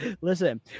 Listen